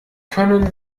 können